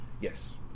yes